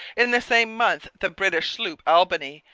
in the same month the british sloop albany,